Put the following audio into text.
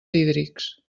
hídrics